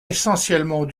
essentiellement